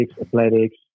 athletics